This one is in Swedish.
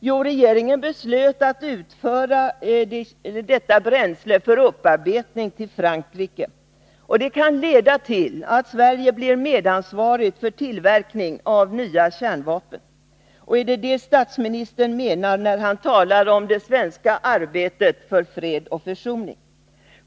Jo, regeringen beslöt att föra ut detta bränsle för upparbetning till Frankrike. Detta kan leda till att Sverige blir medansvarigt för tillverkning av nya kärnvapen. Är det detta statsministern menar när han talar om det svenska arbetet för fred och försoning?